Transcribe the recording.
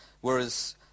Whereas